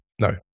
No